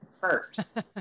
first